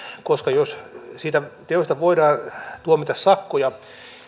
koska jos siitä teosta voidaan tuomita sakkoja